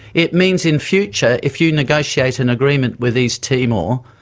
it means in future if you negotiate an agreement with east timor,